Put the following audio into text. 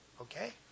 Okay